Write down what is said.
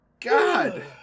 God